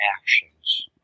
actions